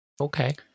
Okay